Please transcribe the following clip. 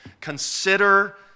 Consider